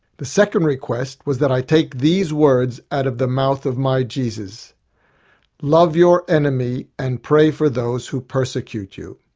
the second request was that i take these words out of the mouth of my jesus love your enemy and pray for those who persecute you.